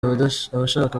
abashakaga